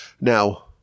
Now